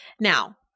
Now